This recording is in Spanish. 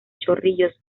chorrillos